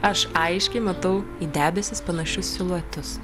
aš aiškiai matau į debesis panašius siluetus